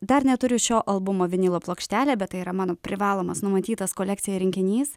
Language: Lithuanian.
dar neturiu šio albumo vinilo plokštelę bet tai yra mano privalomas numatytas kolekcijoj rinkinys